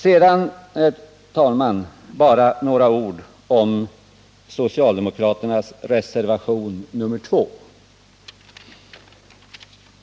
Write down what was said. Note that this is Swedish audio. Sedan, herr talman, bara några ord om socialdemokraternas reservation nr 2.